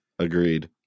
Agreed